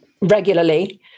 regularly